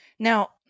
Now